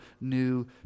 new